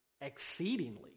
exceedingly